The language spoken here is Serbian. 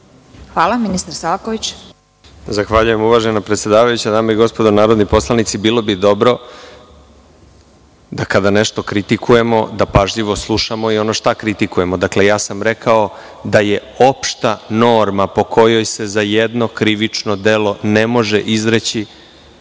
**Nikola Selaković** Zahvaljujem uvažena predsedavajuća. Dame i gospodo narodni poslanici, bilo bi dobro da, kada nešto kritikujemo, pažljivo slušamo i ono šta kritikujemo. Rekao sam da je opšta norma po kojoj se za jedno krivično delo ne može izreći